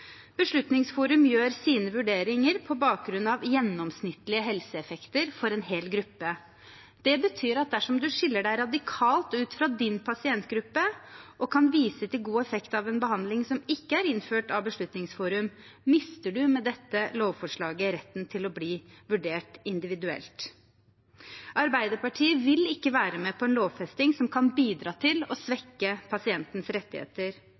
Beslutningsforum gjør sine vurderinger på bakgrunn av gjennomsnittlige helseeffekter for en hel gruppe. Det betyr at dersom du skiller deg radikalt fra din pasientgruppe og kan vise til god effekt av en behandling som ikke er innført av Beslutningsforum, mister du med dette lovforslaget retten til å bli vurdert individuelt. Arbeiderpartiet vil ikke være med på en lovfesting som kan bidra til å svekke pasientens rettigheter,